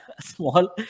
small